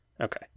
Okay